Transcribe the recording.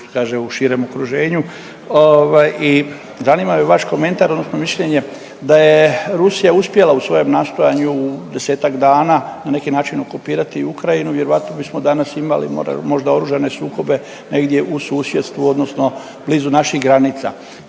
u širem okruženju ovaj i zanima me vaš komentar odnosno mišljenje da je Rusija uspjela u svojem nastojanju u 10-ak dana na neki način okupirati Ukrajinu vjerojatno bismo danas imali možda oružane sukobe negdje u susjedstvu odnosno blizu naših granica.